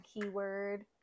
keyword